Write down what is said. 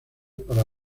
para